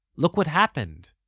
look what happened!